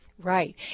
Right